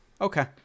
okay